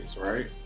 right